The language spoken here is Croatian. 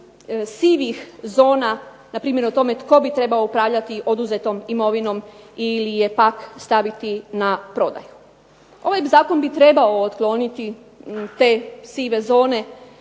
sivih zona, npr. o tome tko bi trebao upravljati oduzetom imovinom ili je pak staviti na prodaju. Ovaj zakon bi trebao otkloniti te sive zone